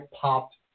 popped